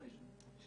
אנחנו